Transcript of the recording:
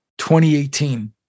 2018